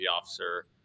officer